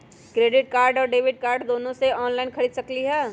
Credit card और debit card दोनों से ऑनलाइन खरीद सकली ह?